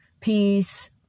peace